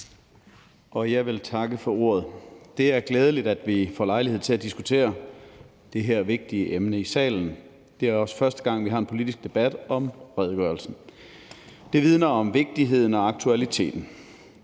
Jeg vil takke for ordet. Det er glædeligt, at vi får lejlighed til at diskutere det her vigtige emne i salen. Det er også første gang, at vi har en politisk debat om redegørelsen. Det vidner om vigtigheden og aktualiteten.